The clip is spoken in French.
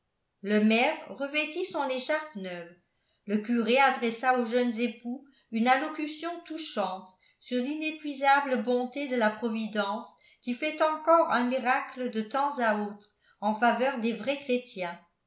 le maire revêtit son écharpe neuve le curé adressa aux jeunes époux une allocution touchante sur l'inépuisable bonté de la providence qui fait encore un miracle de temps à autre en faveur des vrais chrétiens